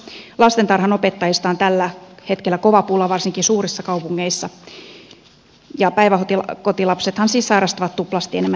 myös lastentarhanopettajista on tällä hetkellä kova pula varsinkin suurissa kaupungeissa ja päiväkotilapsethan siis sairastavat tuplasti enemmän